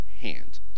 hand